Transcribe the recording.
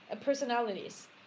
personalities